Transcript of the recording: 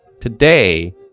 Today